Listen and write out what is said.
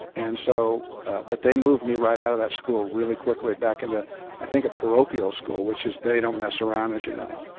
and so but they moved me right out of that school really quickly back into i think a parochial school, which they don't mess around, as you know.